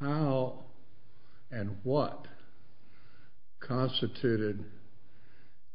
well and what constituted